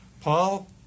paul